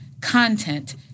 content